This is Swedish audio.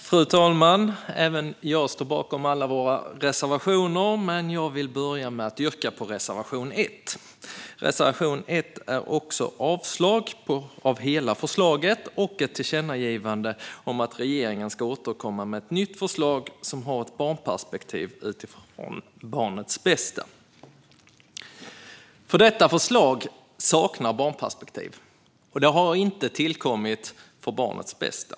Fru talman! Jag står bakom alla våra reservationer, men jag vill börja med att yrka bifall till reservation 1. Reservation 1 är också ett avslag på hela förslaget och ett tillkännagivande om att regeringen ska återkomma med ett nytt förslag som har ett barnperspektiv utifrån barnets bästa. Detta förslag saknar barnperspektiv och har inte tillkommit för barnets bästa.